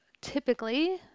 typically